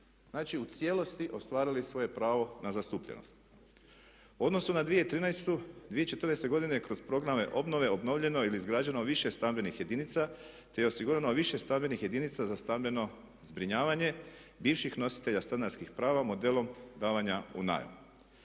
Znači u cijelosti ostvarili svoje pravo na zastupljenost. U odnosu na 2013., 2014. godine kroz programe obnove obnovljeno je ili izgrađeno više stambenih jedinica te je osigurano više stambenih jedinica za stambeno zbrinjavanje bivših nositelja stanarskih prava modelom davanja u najam.